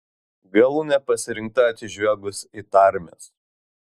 galūnė pasirinkta atsižvelgus į tarmes